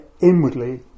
inwardly